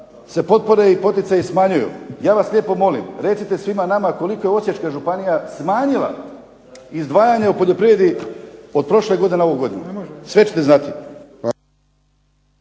se potpore i poticaji smanjuju. Ja vas lijepo molim, recite svima nama koliko je Osječka županija smanjila izdvajanje u poljoprivredi od prošle godine na ovu godinu? Sve ćete znati.